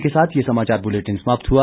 इसी के साथ ये समाचार बुलेटिन समाप्त हुआ